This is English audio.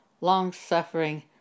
longsuffering